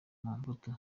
mobutu